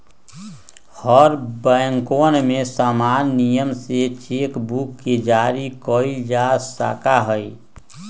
हर बैंकवन में समान नियम से चेक बुक के जारी कइल जा सका हई